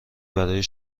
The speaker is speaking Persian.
برای